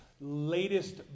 latest